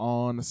on